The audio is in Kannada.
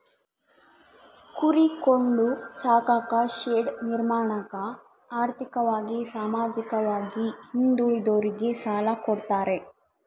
ಕುರಿ ಕೊಂಡು ಸಾಕಾಕ ಶೆಡ್ ನಿರ್ಮಾಣಕ ಆರ್ಥಿಕವಾಗಿ ಸಾಮಾಜಿಕವಾಗಿ ಹಿಂದುಳಿದೋರಿಗೆ ಸಾಲ ಕೊಡ್ತಾರೆ